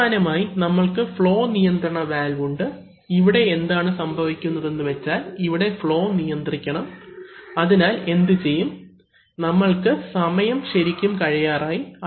അവസാനമായി നമ്മൾക്ക് ഫ്ളോ നിയന്ത്രണ വാൽവ് ഉണ്ട് ഇവിടെ എന്താണ് സംഭവിക്കുന്നത് എന്ന് വെച്ചാൽ ഇവിടെ ഫ്ളോ നിയന്ത്രിക്കണം അതിനാൽ എന്തു ചെയ്യും നമ്മൾക്ക് സമയം ശരിക്കും കഴിയാറായി